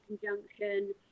Conjunction